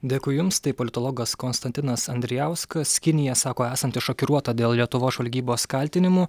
dėkui jums tai politologas konstantinas andrijauskas kinija sako esanti šokiruota dėl lietuvos žvalgybos kaltinimų